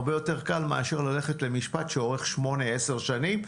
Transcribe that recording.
הרבה יותר קל מאשר ללכת למשפט שאורך שמונה-עשר שנים,